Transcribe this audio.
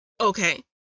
Okay